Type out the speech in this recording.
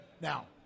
Now